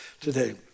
today